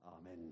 Amen